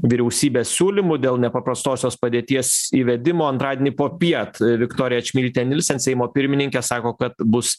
vyriausybės siūlymu dėl nepaprastosios padėties įvedimo antradienį popiet viktorija čmilytė nylsen seimo pirmininkė sako kad bus